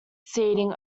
seating